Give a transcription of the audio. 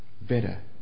better